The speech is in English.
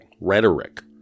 rhetoric